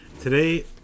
Today